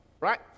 right